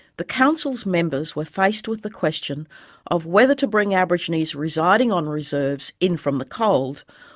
the council's members were faced with the question of whether to bring aborigines residing on reserves in from the cold,